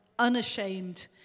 unashamed